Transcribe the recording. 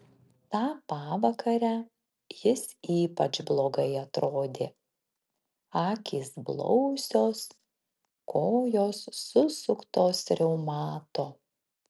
tą pavakarę jis ypač blogai atrodė akys blausios kojos susuktos reumato